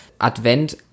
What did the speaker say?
advent